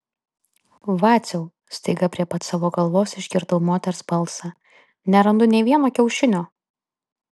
vaciau staiga prie pat savo galvos išgirdau moters balsą nerandu nė vieno kiaušinio